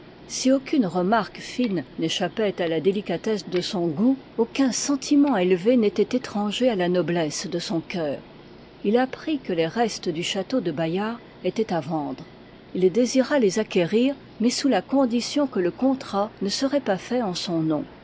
si aucune remarque fine n'échappoit à la délicatesse de son goût aucun sentiment élevé n'étoit étranger à la noblesse de son cœur il apprit que les restes du château de bayard étoient à vendre il désira les acquérir mais sous la condition que le contrat ne seroit pas fait en son nom